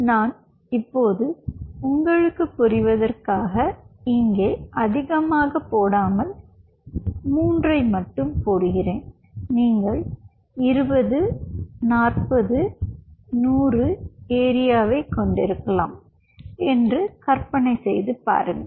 நான் இப்போது உங்களக்கு புரிவதற்காக இங்கே அதிகமாக போடாமல் மூன்றை மட்டும் போடுகிறேன் நீங்கள் 20 40 100 ஏரியாவைக் கொண்டிருக்கலாம் என்று கற்பனை செய்து பாருங்கள்